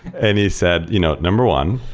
and he said, you know number one,